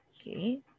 Okay